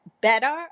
better